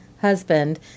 husband